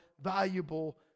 valuable